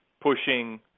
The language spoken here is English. pushing